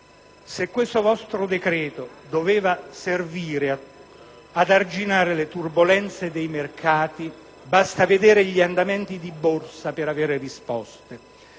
se questo vostro decreto doveva servire ad arginare le turbolenze dei mercati, basta vedere gli andamenti di borsa per avere risposte.